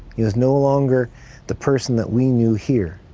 he was no longer the person that we knew here,